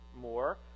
more